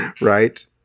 Right